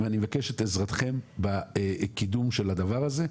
אני מבקש את עזרתכם בקידום של הדבר הזה.